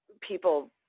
people